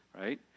right